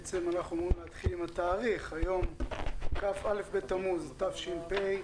היום כ"א בתמוז תש"ף,